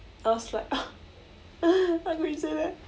I was like how could you say that